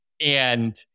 And-